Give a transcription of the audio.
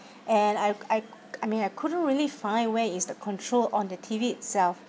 and I I I mean I couldn't really find where is the control on the T_V itself